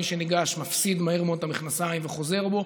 מי שניגש מפסיד מהר מאוד את המכנסיים וחוזר בו.